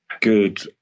Good